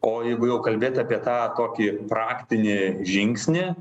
o jeigu jau kalbėti apie tą kokį praktinį žingsnį